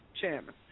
Chairman